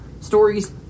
stories